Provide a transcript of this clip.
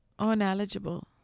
Uneligible